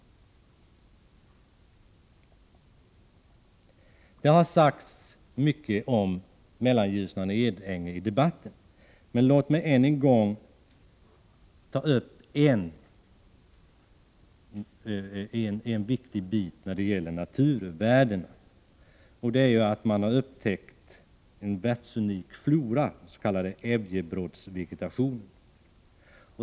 Det har sagts mycket om Mellanljusnan och Edänge i debatten. Men låt mig än en gång ta upp en viktig bit när det gäller naturvärdena. Man har här upptäckt en världsunik flora, en s.k. Ävjebrottsvegetation.